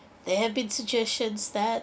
there have been suggestions that